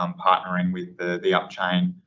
um partnering with the up chain,